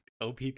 OPP